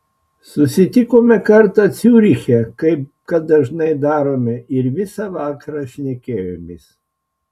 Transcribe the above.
susitikome kartą ciuriche kaip kad dažnai darome ir visą vakarą šnekėjomės